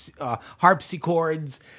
harpsichords